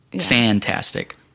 Fantastic